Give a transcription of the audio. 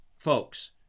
Folks